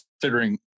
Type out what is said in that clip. considering